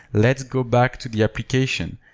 let's go back to the application.